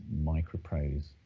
Microprose